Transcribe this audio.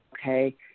Okay